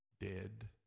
dead